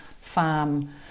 farm